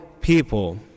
people